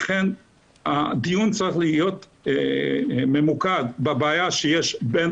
לכן הדיון צריך להיות ממוקד בבעיה שיש בין